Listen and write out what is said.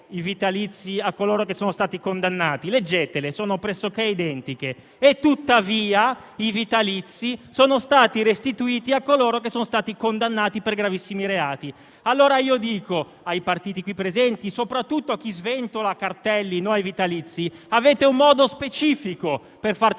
i vitalizi a coloro che sono stati condannati. Leggetele; sono pressoché identiche e, tuttavia, i vitalizi sono stati restituiti a coloro che sono stati condannati per gravissimi reati. Allora, ai partiti presenti e, soprattutto, a chi sventola cartelli con la scritta «no ai vitalizi» dico che avete un modo specifico per far